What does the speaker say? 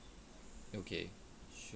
okay sure